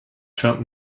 turned